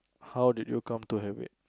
how did you come to have it